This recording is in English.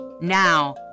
Now